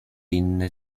inny